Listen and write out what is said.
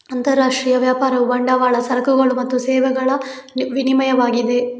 ಅಂತರರಾಷ್ಟ್ರೀಯ ವ್ಯಾಪಾರವು ಬಂಡವಾಳ, ಸರಕುಗಳು ಮತ್ತು ಸೇವೆಗಳ ವಿನಿಮಯವಾಗಿದೆ